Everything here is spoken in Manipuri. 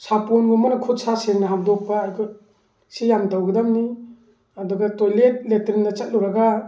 ꯁꯄꯣꯟꯒꯨꯝꯕꯅ ꯈꯨꯠ ꯁꯥ ꯁꯦꯡꯅ ꯍꯥꯝꯗꯣꯛꯄ ꯑꯩꯈꯣꯏ ꯁꯤ ꯌꯥꯝ ꯇꯧꯒꯗꯕꯅꯤ ꯑꯗꯨꯒ ꯇꯣꯏꯂꯦꯠ ꯂꯦꯇ꯭ꯔꯤꯟꯗ ꯆꯠꯂꯨꯔꯒ